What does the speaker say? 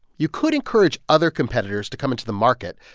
you could encourage other competitors to come into the market.